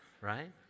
right